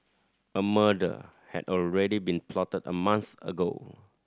a murder had already been plotted a month ago